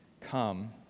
come